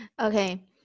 Okay